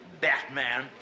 Batman